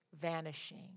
vanishing